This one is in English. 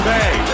Bay